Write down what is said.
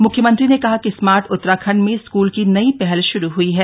म्ख्यमंत्री ने कहा कि स्मार्ट उतराखण्ड में स्कूल की नई पहल श्रू हई है